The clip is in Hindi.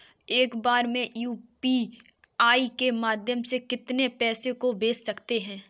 एक बार में यू.पी.आई के माध्यम से कितने पैसे को भेज सकते हैं?